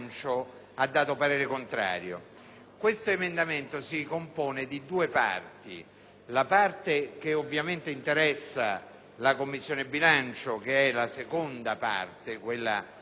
la parte che ovviamente interessa la Commissione bilancio è la seconda, quella inerente alle coperture, mentre la prima parte è di natura procedimentale.